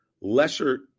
lesser